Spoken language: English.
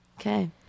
okay